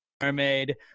mermaid